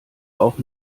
auch